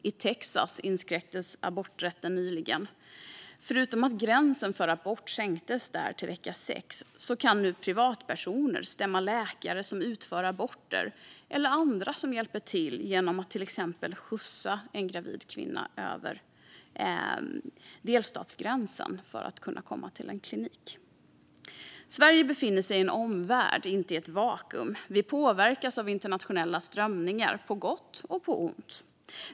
I Texas inskränktes aborträtten nyligen. Förutom att gränsen för abort där sänktes till vecka sex kan nu privatpersoner stämma läkare som utför aborter eller andra som hjälper till genom att till exempel skjutsa en gravid kvinna över delstatsgränsen för att hon ska komma till en klinik. Sverige befinner sig i en omvärld, inte i ett vakuum. Vi påverkas av internationella strömningar på gott och på ont.